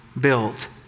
built